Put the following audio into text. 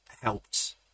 helped